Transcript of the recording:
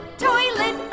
toilet